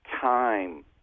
time